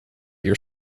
your